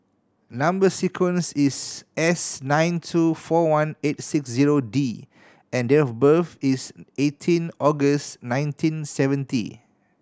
number sequence is S nine two four one eight six zero D and date of birth is eighteen August nineteen seventy